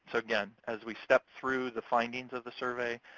so again, as we step through the findings of the survey,